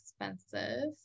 expensive